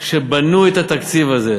כשבנו את התקציב הזה,